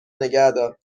نگهدار